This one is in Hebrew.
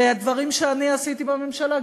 והדברים שאני עשיתי בממשלה,